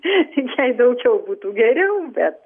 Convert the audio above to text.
jei daugiau būtų geriau bet